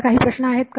काही प्रश्न आहेत का